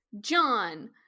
John